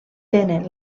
tenen